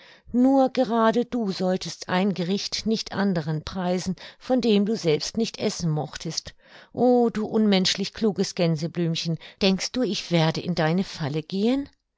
nur gerade du solltest ein gericht nicht anderen preisen von dem du selbst nicht essen mochtest o du unmenschlich kluges gänseblümchen denkst du ich werde in deine falle gehen